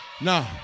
no